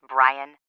Brian